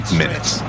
minutes